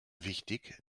wichtig